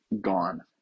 gone